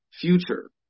future